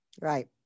Right